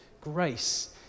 grace